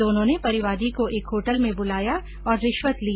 दोनों ने परिवादी को एक होटल में बुलाया और रिश्वत ली